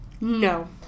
No